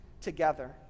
together